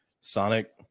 sonic